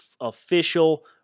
official